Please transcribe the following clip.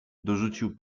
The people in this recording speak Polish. dorzucił